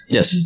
Yes